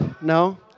No